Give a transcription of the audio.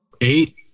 eight